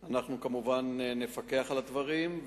אנחנו, כמובן, נפקח על הדברים.